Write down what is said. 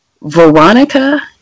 Veronica